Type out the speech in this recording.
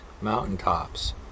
mountaintops